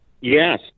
yes